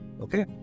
Okay